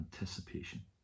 anticipation